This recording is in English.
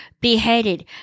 beheaded